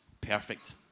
Perfect